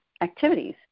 activities